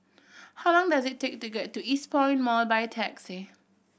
how long does it take to get to Eastpoint Mall by taxi